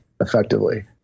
effectively